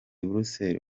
buruseli